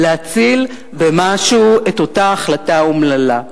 להציל במשהו את הקרקע של כולנו מפני אותה החלטה אומללה.